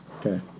Okay